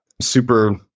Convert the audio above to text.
super